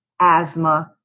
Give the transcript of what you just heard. asthma